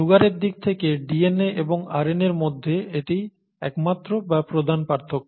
সুগারের দিক থেকে DNA এবং RNA র মধ্যে এটিই একমাত্র বা প্রধান পার্থক্য